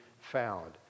found